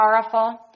powerful